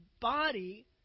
body